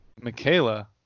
Michaela